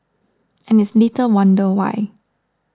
and it's little wonder why